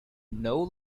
know